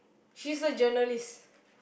she's a journalist